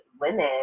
women